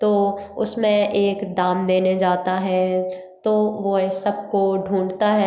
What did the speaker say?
तो उसमें एक दाम देने जाता है तो वो ए सबको ढूँढता है